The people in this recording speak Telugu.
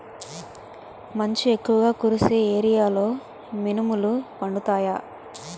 మంచు ఎక్కువుగా కురిసే ఏరియాలో మినుములు పండుతాయా?